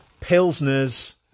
Pilsners